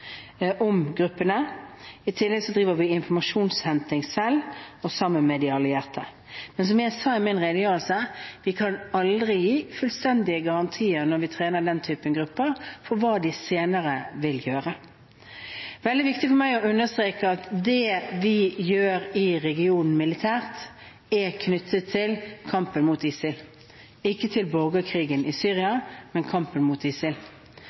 om gruppene. I tillegg driver vi informasjonsinnhenting selv og sammen med de allierte. Men som jeg sa i min redegjørelse, kan vi aldri gi fullstendige garantier, når vi trener den typen grupper, for hva de senere vil gjøre. Det er veldig viktig for meg å understreke at det vi gjør i regionen militært, er knyttet til kampen mot ISIL – ikke til borgerkrigen i Syria, men til kampen mot ISIL,